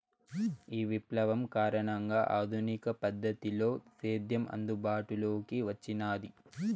ఈ విప్లవం కారణంగా ఆధునిక పద్ధతిలో సేద్యం అందుబాటులోకి వచ్చినాది